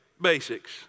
basics